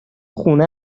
خونه